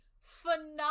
phenomenal